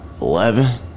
eleven